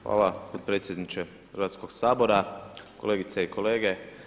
Hvala potpredsjedniče Hrvatskog sabora, kolegice i kolege.